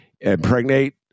impregnate